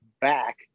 back